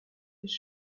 ist